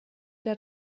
der